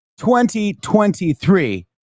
2023